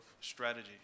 strategy